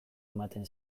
ematen